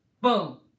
Boom